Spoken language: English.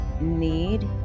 need